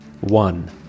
one